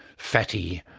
fatty,